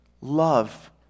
love